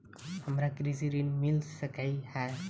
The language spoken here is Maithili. हमरा कृषि ऋण मिल सकै है?